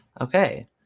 Okay